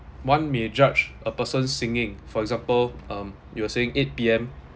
one may judge a person singing for example um you were singing eight P_M